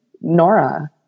Nora